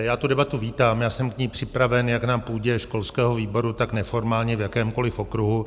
Já tu debatu vítám, jsem k ní připraven jak na půdě školského výboru, tak neformálně v jakémkoliv okruhu.